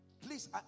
Please